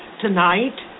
Tonight